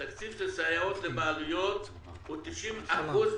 התקציב של סייעות לבעלויות הוא 90 אחוזים